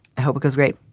hope because. great,